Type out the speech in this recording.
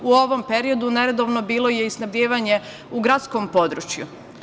U ovom periodu neredovno bilo je i snabdevanje u gradskom području.